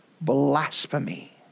blasphemy